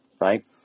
right